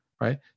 right